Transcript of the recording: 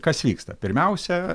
kas vyksta pirmiausia